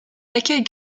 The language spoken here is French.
accueil